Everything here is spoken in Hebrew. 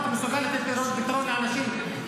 אתה מסוגל לתת פתרון לאנשים?